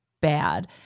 bad